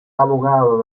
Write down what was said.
abogado